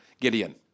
Gideon